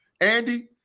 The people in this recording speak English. Andy